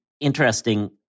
interesting